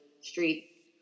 street